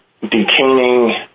detaining